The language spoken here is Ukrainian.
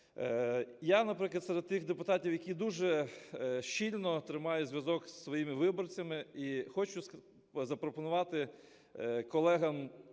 я, наприклад, серед тих депутатів, які дуже щільно тримають зв'язок зі своїми виборцями, і хочу запропонувати колегам